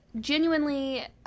genuinely